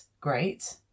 great